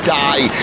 die